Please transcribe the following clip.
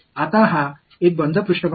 இப்போது அது ஒரு மூடிய மேற்பரப்பு